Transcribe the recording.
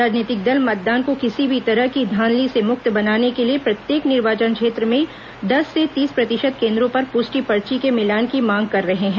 राजनीतिक दल मतदान को किसी भी तरह की धांधली से मुक्त बनाने के लिए प्रत्येक निर्वाचन क्षेत्र में दस से तीस प्रतिशत केन्द्रों पर पुष्टि पर्ची के मिलान की मांग कर रहे हैं